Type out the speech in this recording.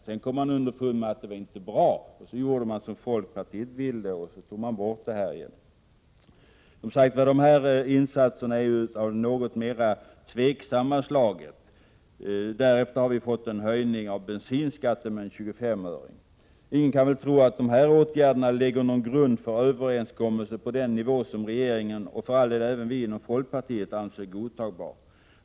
Sedan kom man underfund med att det inte var bra, och så gjorde man som folkpartiet ville, och tog bort höjningen igen. Dessa insatser är alltså av det något mer tveksamma slaget. Därefter har vi fått en höjning av bensinskatten med 25 öre. Ingen kan väl tro att dessa åtgärder lägger någon grund för överenskommelser på den nivå som regeringen, och för all del även vi inom folkpartiet, anser vara godtagbar.